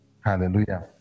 Hallelujah